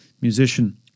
musician